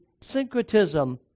syncretism